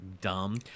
dumb